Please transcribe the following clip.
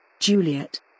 Juliet